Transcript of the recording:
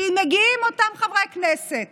כי מגיעים אותם חברי כנסת